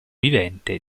vivente